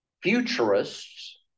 Futurists